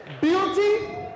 Beauty